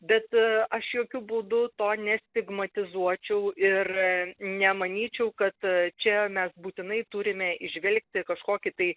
bet aš jokiu būdu to nestigmatizuočiau ir nemanyčiau kad čia mes būtinai turime įžvelgti kažkokį tai